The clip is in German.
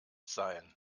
sein